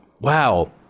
wow